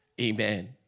Amen